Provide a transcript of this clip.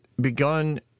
begun